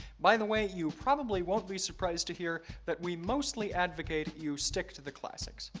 by the way, you probably won't be surprised to hear that we mostly advocate you stick to the classics.